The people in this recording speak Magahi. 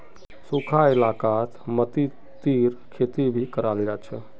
सुखखा इलाकात मतीरीर खेती भी कराल जा छे